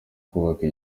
kubaka